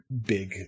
big